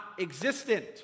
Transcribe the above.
existent